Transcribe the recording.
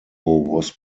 was